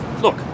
look